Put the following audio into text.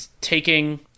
taking